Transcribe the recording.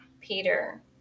Peter